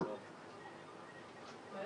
אלה